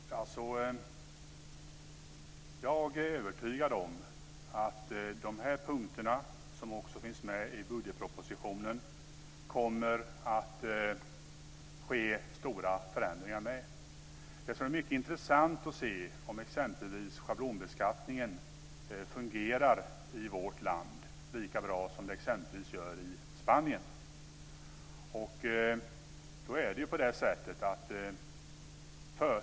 Fru talman! Jag är övertygad om att det kommer att ske stora förändringar med de här punkterna, som också finns med i budgetpropositionen. Det som är mycket intressant att se är om exempelvis schablonbeskattningen fungerar i vårt land, lika bra som det gör exempelvis i Spanien.